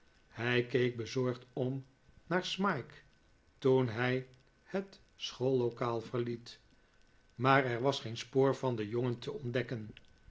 hij keek bezorgd om naar smike toen hij het schoollokaal verliet maar er was geen spoor van den jongen te ontdekken